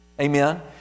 Amen